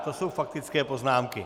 To jsou faktické poznámky.